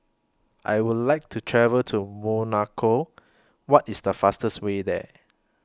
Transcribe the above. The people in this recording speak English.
I Would like to travel to Monaco What IS The fastest Way There